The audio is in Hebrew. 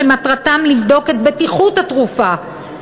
שמטרתם לבדוק את בטיחות התרופה.